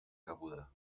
cabuda